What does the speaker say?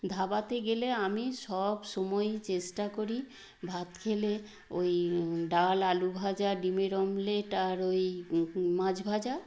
ধাবাতে গেলে আমি সব সময়ই চেষ্টা করি ভাত খেলে ওই ডাল আলু ভাজা ডিমের অমলেট আর ওই মাছ ভাজা